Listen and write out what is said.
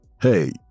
Hey